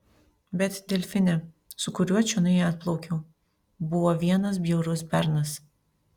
bet delfine su kuriuo čionai atplaukiau buvo vienas bjaurus bernas